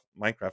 Minecraft